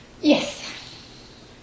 Yes